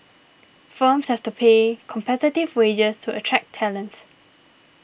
firms has to pay competitive wages to attract talent